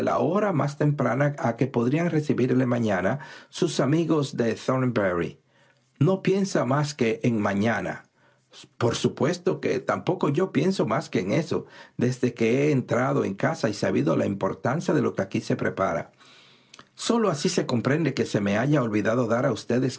hora más temprana a que podrían recibirle mañana sus amigos de thornberry no piensa más que en mañana por supuesto que tampoco yo pienso más que en eso desde que he entrado en casa y sabido la importancia de lo que aquí se prepara sólo así se comprende que se me haya olvidado dar a ustedes